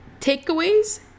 takeaways